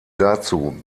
dazu